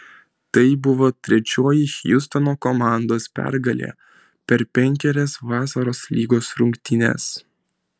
tai buvo trečioji hjustono komandos pergalė per penkerias vasaros lygos rungtynes